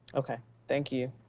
okay, thank you.